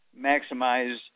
maximize